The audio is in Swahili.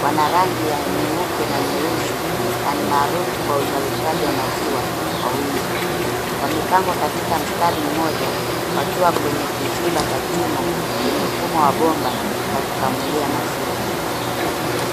.Wana rangi ya nyeupe na nyeusi na ni maarufu kwa uzalishaji wa maziwa kwa wingi. Wamepangwa katika mstari mmoja wakiwa kwenye kiziba cha chumba chenye mfumo wa bomba la kukamulia maziwa.